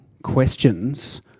Questions